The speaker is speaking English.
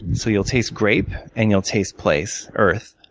so you'll taste grape, and you'll taste place, earth,